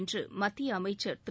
என்று மத்திய அமைச்சர் திரு